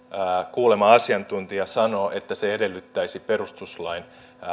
kuulema asiantuntija sanoo että se edellyttäisi perustuslain